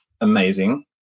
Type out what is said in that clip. amazing